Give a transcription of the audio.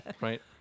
right